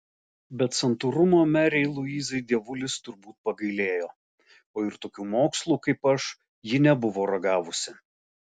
bet santūrumo merei luizai dievulis turbūt pagailėjo o ir tokių mokslų kaip aš ji nebuvo ragavusi